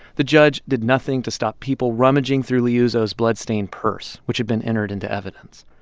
the judge did nothing to stop people rummaging through liuzzo's bloodstained purse, which had been entered into evidence.